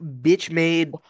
bitch-made